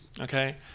okay